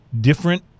different